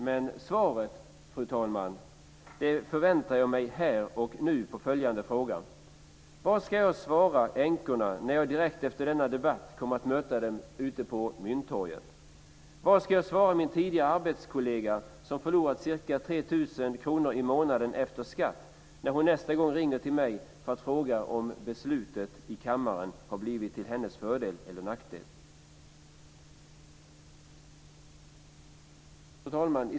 Jag förväntar mig här och nu, fru talman, svar på följande fråga. Vad ska jag svara änkorna när jag direkt efter denna debatt kommer att möta dem ute på Mynttorget? Vad ska jag svara min tidigare arbetskollega som förlorat ca 3 000 kr i månaden efter skatt när hon nästa gång ringer till mig för att fråga om beslutet i kammaren har blivit till hennes fördel eller nackdel?